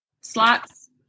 slots